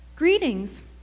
Greetings